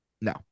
no